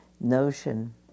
notion